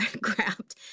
grabbed